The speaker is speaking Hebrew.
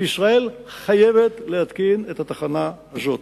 שישראל חייבת להתקין את התחנה הזאת.